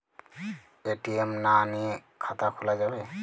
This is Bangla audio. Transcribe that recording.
এ.টি.এম না নিয়ে খাতা খোলা যাবে?